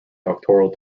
doctoral